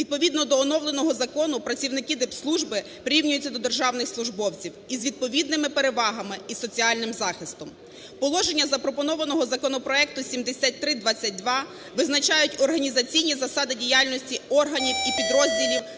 Відповідно до оновленого закону працівники дипслужби прирівнюються до державних службовців із відповідними перевагами і соціальним захистом. Положення запропонованого законопроекту 7322 визначають організаційні засади діяльності органів і підрозділів